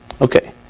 Okay